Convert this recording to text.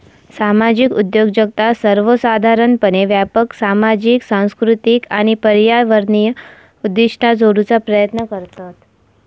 सामाजिक उद्योजकता सर्वोसाधारणपणे व्यापक सामाजिक, सांस्कृतिक आणि पर्यावरणीय उद्दिष्टा जोडूचा प्रयत्न करतत